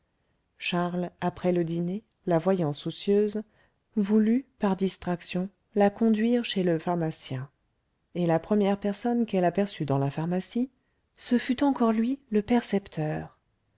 charles après le dîner la voyant soucieuse voulut par distraction la conduire chez le pharmacien et la première personne qu'elle aperçut dans la pharmacie ce fut encore lui le percepteur